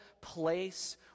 place